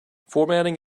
formatting